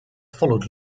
followed